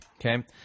okay